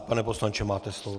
Pane poslanče, máte slovo.